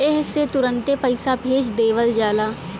एह से तुरन्ते पइसा भेज देवल जाला